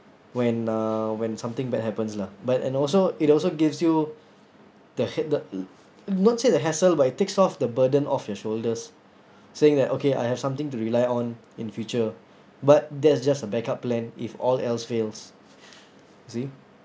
when uh when something bad happens lah but and also it also gives you the ha~ the not say the hassle but it takes off the burden of your shoulders saying that okay I have something to rely on in future but that's just a backup plan if all else fails you see